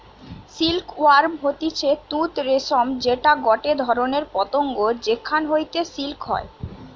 silk worm হতিছে তুত রেশম যেটা গটে ধরণের পতঙ্গ যেখান হইতে সিল্ক হয়